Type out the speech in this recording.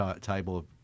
table